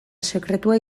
sekretua